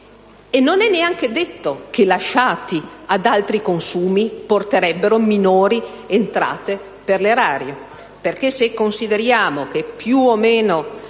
E non è neanche detto che lasciati ad altri consumi porterebbero minori entrate per l'erario, perché, se consideriamo che più o meno